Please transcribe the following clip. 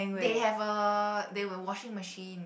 they have a they have a washing machine